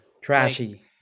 Trashy